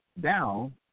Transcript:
down